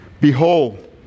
Behold